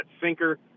sinker